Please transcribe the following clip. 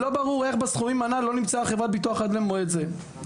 לא ברור איך בסכומים האלה לא נמצאה חברת ביטוח עד למועד זה.